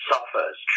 suffers